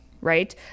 right